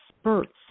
spurts